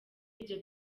ibyo